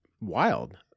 wild